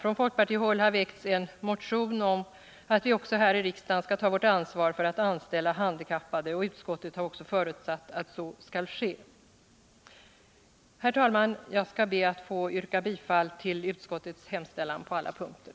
Från folkpartihåll har väckts en motion om att också riksdagen skall ta sitt ansvar för att anställa handikappade. Utskottet har också förutsatt att så skall ske. Herr talman! Jag skall be att få yrka bifall till utskottets hemställan på alla punkter.